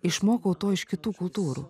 išmokau to iš kitų kultūrų